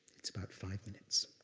it's about five minutes.